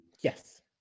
Yes